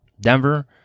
Denver